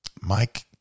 Mike